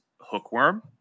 hookworm